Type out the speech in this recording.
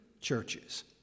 churches